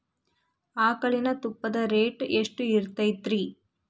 ಆಕಳಿನ ತುಪ್ಪದ ರೇಟ್ ಎಷ್ಟು ಇರತೇತಿ ರಿ?